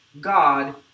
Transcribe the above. God